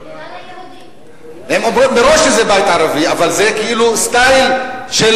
אבל זה כאילו סטייל של